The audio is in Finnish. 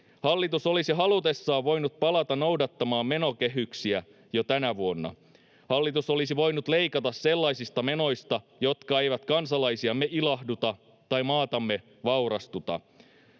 Hallitus olisi halutessaan voinut palata noudattamaan menokehyksiä jo tänä vuonna. Hallitus olisi voinut leikata sellaisista menoista, jotka eivät kansalaisiamme ilahduta tai maatamme vaurastuta.